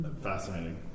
Fascinating